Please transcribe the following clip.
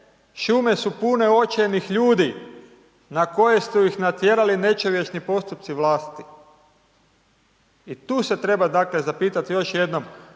šume su pune očajnih ljudi na koje su ih natjerali nečovječni postupci vlasti. I tu se treba dakle zapitati još jednom